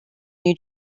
new